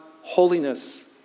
holiness